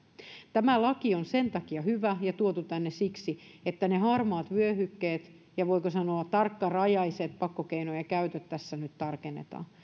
tämä laki on sen takia hyvä ja tuotu tänne siksi että ne harmaat vyöhykkeet ja voiko sanoa tarkkarajaiset pakkokeinojen käytöt tässä nyt tarkennetaan